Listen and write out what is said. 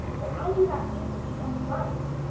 but i do not mean to be impolite,